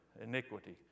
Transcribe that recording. iniquity